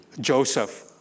Joseph